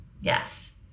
Yes